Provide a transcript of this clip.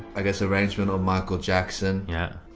i guess arrangement on michael jackson. yeah.